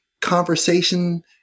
conversation